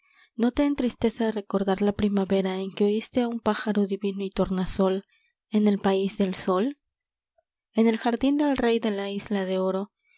no te entristece recordar la primavera en que oiste a un pájaro divino y tornasol en el país del sol en el jardín del rey de la isla de